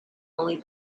only